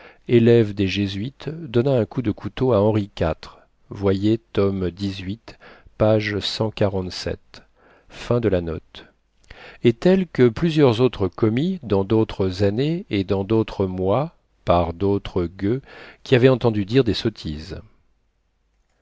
et tel que plusieurs autres commis dans d'autres années et dans d'autres mois par d'autres gueux qui avaient entendu dire des sottises